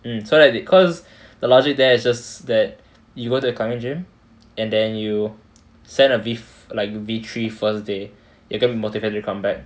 mm so that they cause the logic there is just that you go to the climbing gym and then you send a V like V three first day you get motivated to come back